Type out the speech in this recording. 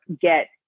get